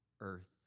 earth